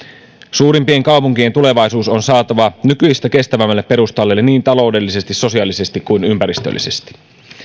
suurimpien kaupunkien tulevaisuus on saatava nykyistä kestävämmälle perustalle niin taloudellisesti sosiaalisesti kuin ympäristöllisesti